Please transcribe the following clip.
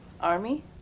army